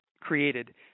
created